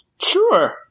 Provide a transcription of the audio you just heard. Sure